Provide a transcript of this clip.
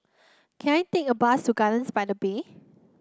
can I take a bus to Gardens by the Bay